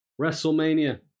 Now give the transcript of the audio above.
WrestleMania